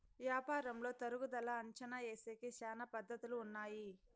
యాపారంలో తరుగుదల అంచనా ఏసేకి శ్యానా పద్ధతులు ఉన్నాయి